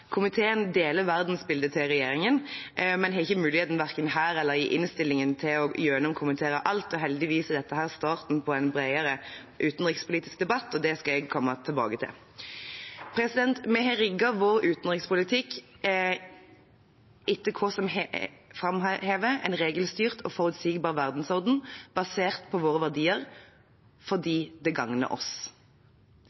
Komiteen deler verdensbildet til regjeringen, men har ikke mulighet verken her eller i innstillingen til å gjennomkommentere alt. Heldigvis er dette starten på en bredere utenrikspolitisk debatt, og det skal jeg komme tilbake til. Vi har rigget vår utenrikspolitikk etter hva som framhever en regelstyrt og forutsigbar verdensorden basert på våre verdier, fordi